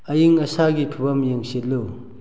ꯑꯏꯡ ꯑꯁꯥꯒꯤ ꯐꯤꯕꯝ ꯌꯦꯡꯁꯤꯜꯂꯨ